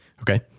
Okay